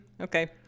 Okay